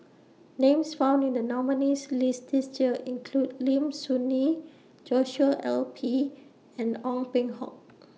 Names found in The nominees' list This Year include Lim Soo Ngee Joshua L P and Ong Peng Hock